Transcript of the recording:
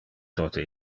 tote